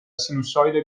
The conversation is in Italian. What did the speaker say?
sinusoide